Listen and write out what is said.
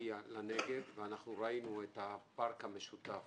שתגיע לנגב ואנחנו ראינו את הפארק המשותף